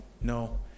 No